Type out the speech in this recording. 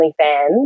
OnlyFans